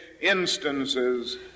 instances